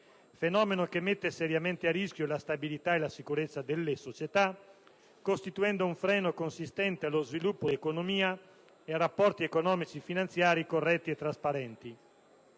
fenomeno mette seriamente a rischio la stabilità e la sicurezza delle società, costituendo un freno consistente allo sviluppo dell'economia e ai rapporti economici e finanziari corretti e trasparenti.